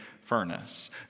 furnace